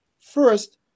First